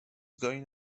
going